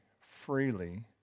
freely